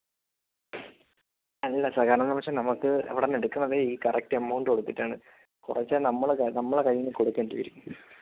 അല്ല സർ കാരണമെന്ന് പക്ഷേ നമുക്ക് അവിടുന്ന് എടുക്കുന്നതെ ഈ കറക്റ്റ് എമൗണ്ട് എടുത്തിട്ടാണ് കുറിച്ചു നമ്മളാ നമ്മുടെ കയ്യിന്ന് കൊടുക്കേണ്ടി വരും